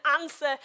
answer